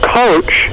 coach